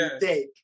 take